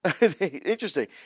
interesting